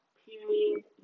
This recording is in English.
period